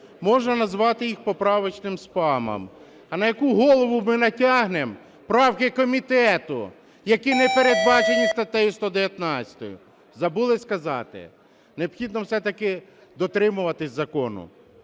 можна назвати їх поправочним спамом. А на яку голову ми натягнемо правки комітету, які не передбачені статтею 119, забули сказати. Необхідно все-таки дотримуватись закону,